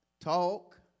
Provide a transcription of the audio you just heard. talk